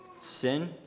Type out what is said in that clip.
Sin